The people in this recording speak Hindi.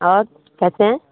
और कैसे हैं